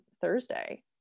Thursday